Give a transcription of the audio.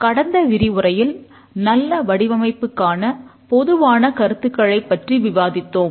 கடந்த விரிவுரையில் நல்ல வடிவமைப்புக்கான பொதுவான கருத்துக்களைப் பற்றி விவாதித்தோம்